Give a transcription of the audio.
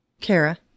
Kara